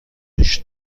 موش